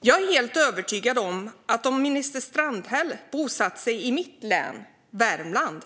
Jag är helt övertygad om att om minister Strandhäll bosatte sig i mitt län, Värmlands län,